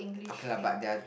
okay lah but they are